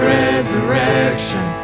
resurrection